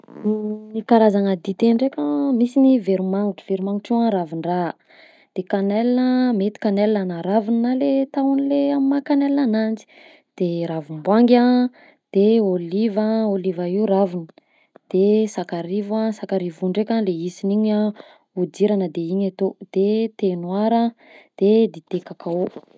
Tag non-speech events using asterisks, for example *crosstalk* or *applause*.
*noise* Karazana dite ndraika: misy ny veromagnitra, veromagnitra io a ravin-draha, de cannelle mety cannelle na raviny na le tahony le amin'ny maha cannelle ananjy, de ravim-boangy a, de ôliva, ôliva io raviny, de sakarivo a, sakarivo io ndraika le hisiny igny hodirana de igny atao, de thé noir, de dite cacao.